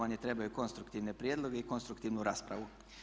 Oni trebaju konstruktivne prijedloge i konstruktivnu raspravu.